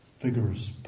vigorous